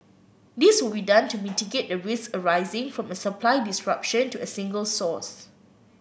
this will be done to mitigate the risks arising from a supply disruption to a single source